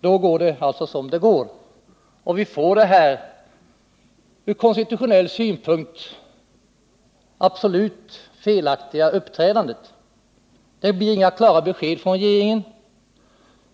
Då går det som det går, och vi får detta från konstitutionell synpunkt absolut felaktiga uppträdande. Det blir inga klara besked från regeringen.